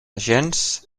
gens